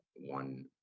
one